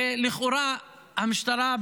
ולכאורה המשטרה,